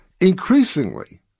Increasingly